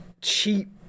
cheap